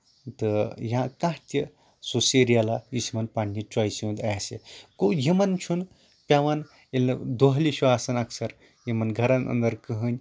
تہٕ یا کانٛہہ تہِ سُہ سیٖریَلہ یُس یِمن پَنٕنہِ چویسہِ ہُند آسہِ گوٚو یِمن چھُنہٕ پیٚوان ییٚلہِ دۄہلہِ چھُ آسان اَکثر یِمن گرن اَندر کٕہٕنۍ